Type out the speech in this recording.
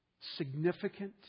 significant